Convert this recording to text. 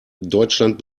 deutschland